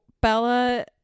Bella